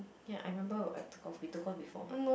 ya I remember I took off we took off before